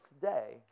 today